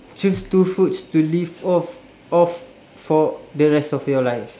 choose two foods to live off of for the rest of your lives